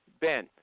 Ben